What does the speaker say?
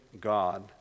God